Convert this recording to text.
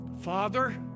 Father